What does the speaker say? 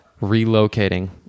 relocating